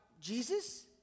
Jesus